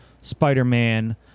Spider-Man